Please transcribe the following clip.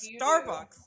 Starbucks